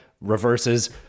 reverses